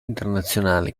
internazionale